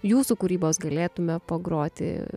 jūsų kūrybos galėtume pagroti